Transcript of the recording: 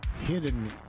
Hidden